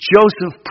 Joseph